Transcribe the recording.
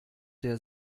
der